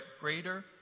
greater